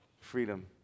freedom